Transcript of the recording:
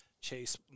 Chase